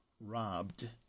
robbed